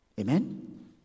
Amen